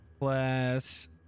Plus